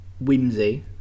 whimsy